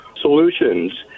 solutions